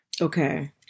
Okay